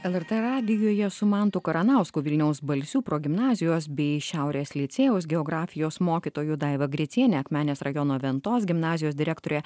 lrt radijuje su mantu karanausku vilniaus balsių progimnazijos bei šiaurės licėjaus geografijos mokytoju daiva griciene akmenės rajono ventos gimnazijos direktore